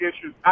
issues